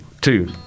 two